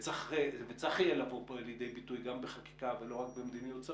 וצריך יהיה לבוא פה לידי ביטוי גם בחקיקה ולא רק במדיניות שרים,